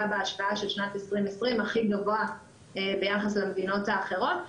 בהשוואה של שנת 2020 הכי גבוה ביחס למדינות האחרות.